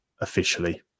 officially